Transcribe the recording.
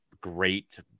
great